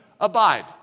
abide